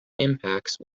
impacts